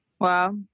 wow